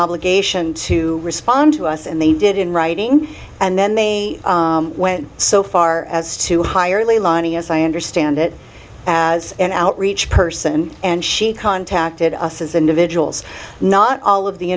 obligation to respond to us and they did in writing and then they went so far as to hire lighning as i understand it as an outreach person and she contacted us as individuals not all of the